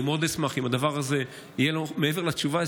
אני מאוד אשמח אם מעבר לתשובה,